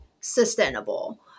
sustainable